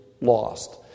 lost